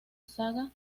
saga